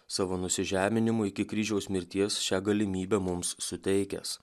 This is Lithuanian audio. savo nusižeminimu iki kryžiaus mirties šią galimybę mums suteikęs